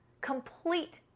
complete